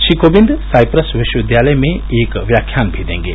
Shri Kovind Cyprus विश्वविद्यातय में भी एक व्याख्यान देंगे